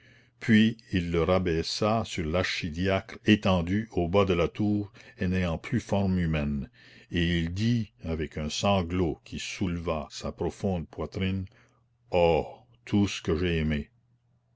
puis il le rabaissa sur l'archidiacre étendu au bas de la tour et n'ayant plus forme humaine et il dit avec un sanglot qui souleva sa profonde poitrine oh tout ce que j'ai aimé